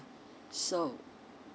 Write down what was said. so